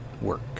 work